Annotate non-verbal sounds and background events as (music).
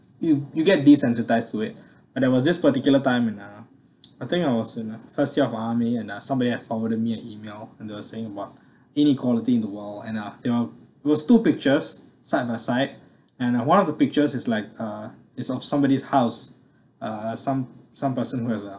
you you get desensitised to it but that was just particular time when uh I think I was in uh (noise) first year of army and uh somebody have forwarded me an email and they was saying about inequality in the world and uh you know was two pictures side by side and uh one of the pictures is like uh is of somebody's house uh some some person who has uh